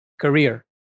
Career